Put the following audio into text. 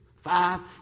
Five